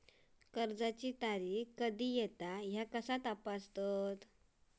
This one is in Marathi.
कर्जाची तारीख कधी येता ह्या कसा तपासतत?